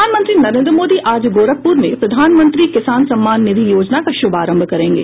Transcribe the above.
प्रधानमंत्री नरेन्द्र मोदी आज गोरखपुर में प्रधानमंत्री किसान सम्मान निधि योजना का शुभारंभ करेंगे